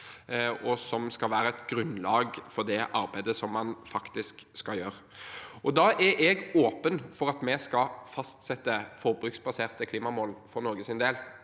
og som skal være et grunnlag for det arbeidet man faktisk skal gjøre. Da er jeg åpen for at vi skal fastsette forbruksbaserte klimamål for Norges del.